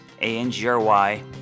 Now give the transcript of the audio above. A-N-G-R-Y